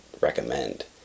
recommend